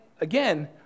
again